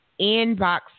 inbox